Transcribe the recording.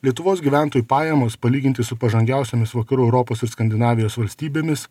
lietuvos gyventojų pajamos palyginti su pažangiausiomis vakarų europos ir skandinavijos valstybėmis